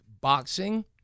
boxing